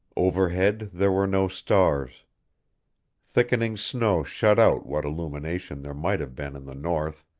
overhead there were no stars thickening snow shut out what illumination there might have been in the north,